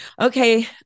Okay